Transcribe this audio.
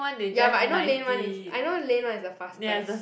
ya but I know lane one is I know lane one is the fastest